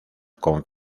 con